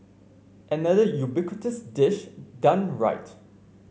another ubiquitous dish done right